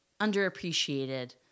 underappreciated